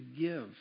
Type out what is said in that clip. give